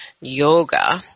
yoga